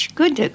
good